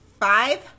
five